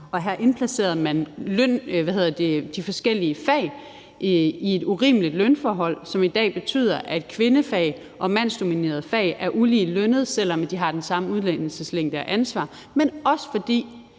og her indplacerede man de forskellige fag i et urimeligt lønforhold, som i dag betyder, at kvindefag og mandsdominerede fag er ulige lønnede, selv om de har den samme uddannelseslængde og det samme ansvar – men også fordi